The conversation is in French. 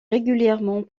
régulièrement